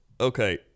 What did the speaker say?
okay